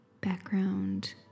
background